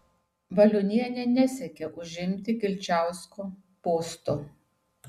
valiunienė nesiekė užimti kilčiausko posto